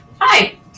Hi